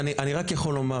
אני רק יכול לומר